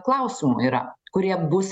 klausimų yra kurie bus